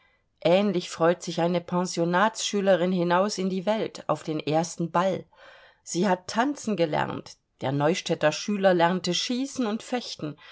ähnlich freut sich eine pensionatsschülerin hinaus in die welt auf den ersten ball sie hat tanzen gelernt der neustadter schüler lernte schießen und fechten